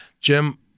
Jim